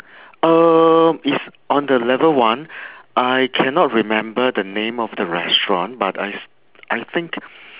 uh it's on the level one I cannot remember the name of the restaurant but I s~ I think